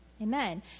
Amen